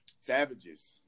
Savages